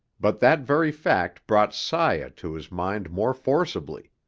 but that very fact brought saya to his mind more forcibly.